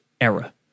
era